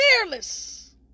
fearless